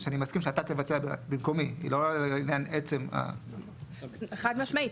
״אני מסכים שאתה תבצע במקומי.״ חד משמעית.